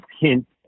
hint